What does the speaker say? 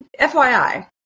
fyi